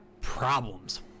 problems